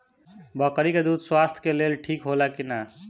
बकरी के दूध स्वास्थ्य के लेल ठीक होला कि ना?